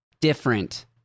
different